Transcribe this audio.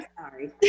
Sorry